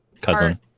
cousin